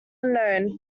unknown